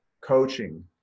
coaching